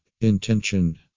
Intention